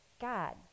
God